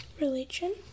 religion